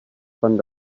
fand